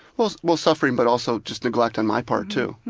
well well suffering, but also just neglect on my part too.